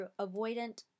Avoidant